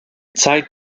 zeit